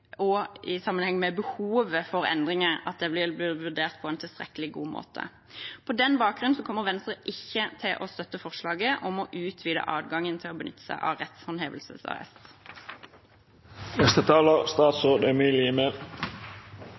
og at behovet for endringen blir vurdert på en tilstrekkelig god måte. På den bakgrunn kommer Venstre ikke til å støtte forslaget om å utvide adgangen til å benytte seg av rettshåndhevelsesarrest.